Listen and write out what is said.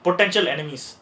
potential enemies